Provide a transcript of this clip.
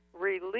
release